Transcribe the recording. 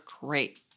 great